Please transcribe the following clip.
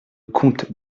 comte